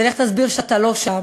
ולך תסביר שאתה לא שם.